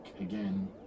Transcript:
again